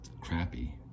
crappy